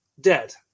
dead